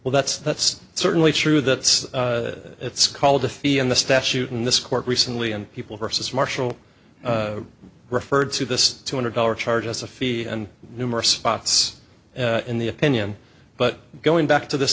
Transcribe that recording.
well that's that's certainly true that it's called a fee and the statute in this court recently and people versus marshall referred to this two hundred dollars charge as a fee and numerous spots in the opinion but going back to this